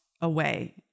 away